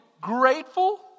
grateful